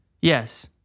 Yes